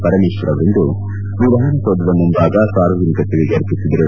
ಪರಮೇಶ್ವರ್ ಅವರಿಂದು ವಿಧಾನಸೌಧ ಮುಂಭಾಗ ಸಾರ್ವಜನಿಕ ಸೇವೆಗೆ ಅರ್ಪಿಸಿದರು